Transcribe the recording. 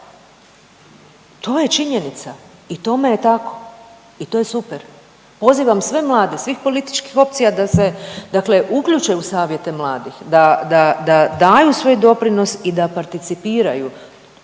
to je činjenica i tome je tako i to je super. Pozivam sve mlade, svih političkih opcija da se, dakle uključe u savjete mladih, da daju svoj doprinos i da participiraju.